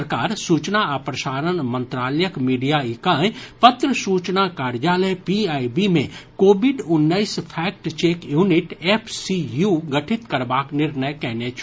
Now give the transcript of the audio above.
सरकार सूचना आ प्रसारण मंत्रालयक मीडिया इकाई पत्र सूचना कार्यालय पीआईबी मे कोविड उन्नैस फैक्ट चेक यूनिट एफसीयू गठित करबाक निर्णय कएने छल